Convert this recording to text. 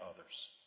others